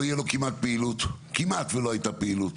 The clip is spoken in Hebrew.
לא תהיה לו כמעט פעילות, כמעט ולא הייתה פעילות